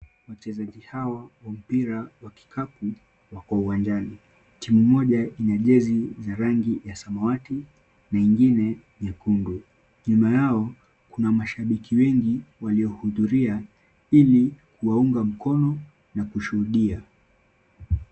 Wachezaji hawa wa mpira wa kikapu wako uwanjani. Timu moja ina jezi ya rangi ya samawati na ingine nyekundu. Nyuma yao kuna mashabiki wengi waliohudhuria, ili kuwaunga mkono na kushuhudia.